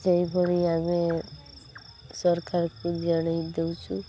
ସେଇଭଳି ଆମେ ସରକାରକୁ ଜଣାଇ ଦେଉଛୁ